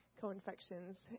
co-infections